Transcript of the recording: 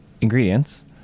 ingredients